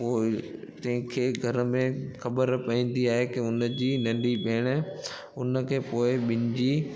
पोइ तंहिंखे घर में ख़बर पवंदी आहे की हुनजी नंढी भेण हुनखे पोइ ॿिन जी